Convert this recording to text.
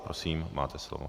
Prosím, máte slovo.